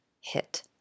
hit